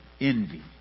envy